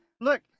Look